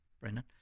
Brendan